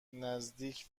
نزدیک